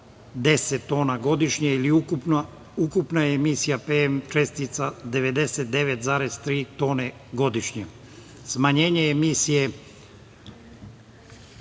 10 tona godišnje ili ukupna emisija PM čestica 99,3 tone godišnje. Smanjenje emisije